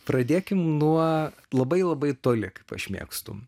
pradėkime nuo labai labai toli kaip aš mėgstu